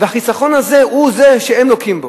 והחיסכון הזה הוא זה שהם לוקים בו.